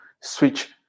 switch